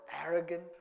arrogant